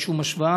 אין שום השוואה,